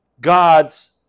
God's